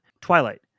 Twilight